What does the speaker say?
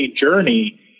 journey